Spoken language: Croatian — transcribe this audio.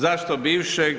Zašto bivšeg?